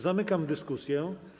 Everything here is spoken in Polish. Zamykam dyskusję.